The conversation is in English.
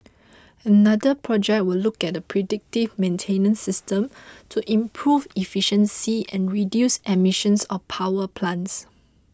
another project will look at a predictive maintenance system to improve efficiency and reduce emissions of power plants